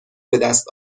بدست